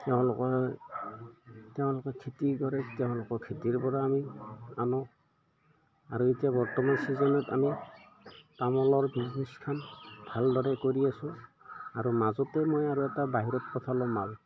তেওঁলোকে তেওঁলোকে খেতি কৰে তেওঁলোকৰ খেতিৰপৰা আমি আনোঁ আৰু এতিয়া বৰ্তমান ছিজনত আমি তামোলৰ বিজনেছখন ভালদৰে কৰি আছোঁ আৰু মাজতে মই আৰু এটা বাহিৰত পঠালোঁ মাল